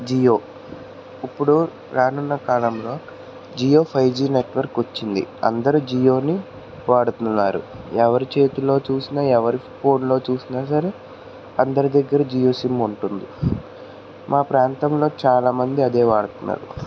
జియో ఇప్పుడు రానున్న కాలంలో జియో ఫైవ్ జి నెట్వర్క్ వచ్చింది అందరు జియోనే వాడుతున్నారు ఎవరి చేతిలో చూసినా ఎవరి ఫోన్లో చూసినా సరే అందరి దగ్గర జియో సిమ్ ఉంటుంది మా ప్రాంతంలో చాలా మంది అదే వాడుతున్నారు